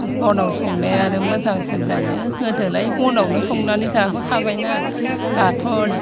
बनाव संनायानो मोजांसिन जायो गोदोलाय बनावनो संनानै जाबो खाबायना दाथ'